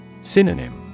Synonym